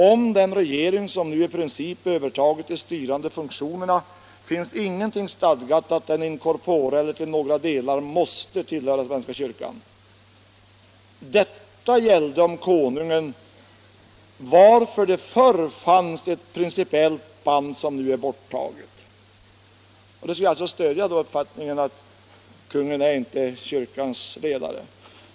Om den regering som nu i princip övertagit de styrande funktionerna finns ingenting stadgat att den in corpore eller till några delar måste tillhöra Svenska kyrkan. Detta gällde om konungen, varför det förr fanns ett principiellt band som nu är borttaget.” Det här citerade skulle alltså stödja uppfattningen att konungen inte är kyrkans ledare.